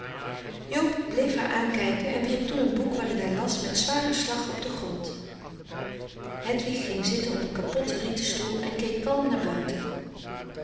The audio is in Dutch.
joob bleef haar aankijken en wierp toen een boek waarin hij las met zwaren slag op den grond hedwig frederik van eeden van de koele meren des doods ging zitten op een kapotte rieten stoel en keek kalm naar buiten